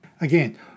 Again